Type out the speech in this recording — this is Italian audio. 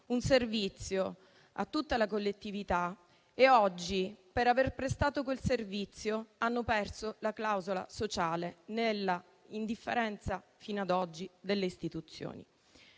un servizio a tutta la collettività e oggi, per aver prestato quel servizio, hanno perso la clausola sociale, nella indifferenza, fino ad oggi, delle istituzioni.